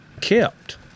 Kept